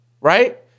right